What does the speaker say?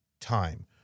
time